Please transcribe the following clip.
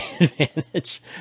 advantage